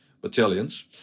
battalions